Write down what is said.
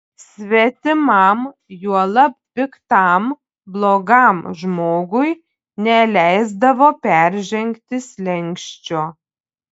svetimam juolab piktam blogam žmogui neleisdavo peržengti slenksčio